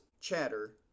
chatter